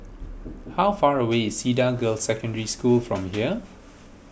how far away is Cedar Girls' Secondary School from here